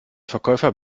verkäufer